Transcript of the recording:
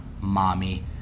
Mommy